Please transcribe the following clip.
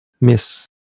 miss